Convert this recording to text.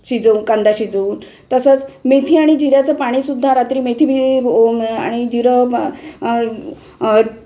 शिजवून कांदा शिजवून तसंच मेथी आणि जिऱ्याचं पाणीसुद्धा रात्री मेथी बी आणि जिरं